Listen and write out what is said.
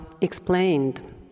explained